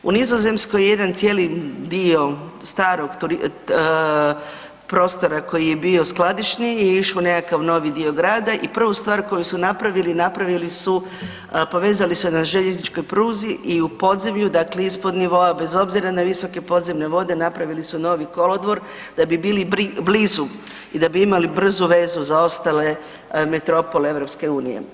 U Nizozemskoj je jedan cijeli dio starog prostora koji je bio skladišni i išao u neki novi dio grada i prvu stvar koju su napravili, napravili su povezali su na željezničkoj pruzi i u podzemlju dakle ispod nivoa bez obzira na visoke podzemne vode napravili su novi kolodvor da bi bili blizu i da bi imali brzu vezu za ostale metropole EU.